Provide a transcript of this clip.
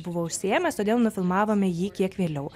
buvo užsiėmęs todėl nufilmavome jį kiek vėliau